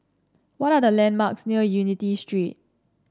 what are the landmarks near Unity Street